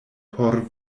por